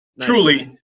truly